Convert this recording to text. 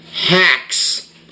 hacks